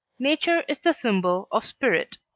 nature is the symbol of spirit.